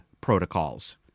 protocols